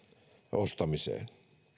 ostamiseen